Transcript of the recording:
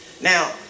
Now